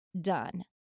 done